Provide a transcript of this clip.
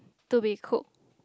to be cooked